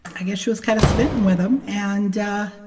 i guess she was kind of smitten with him. and.